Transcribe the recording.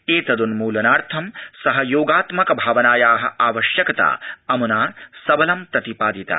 एतद्न्मूलनार्थं सहयोगात्मक भावनाया वश्यकता अमुना सबलमुदीरिता